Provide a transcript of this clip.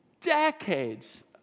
decades